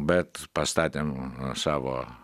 bet pastatėm savo